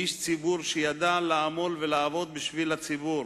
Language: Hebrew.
איש ציבור שידע לעמול ולעבוד בשביל הציבור,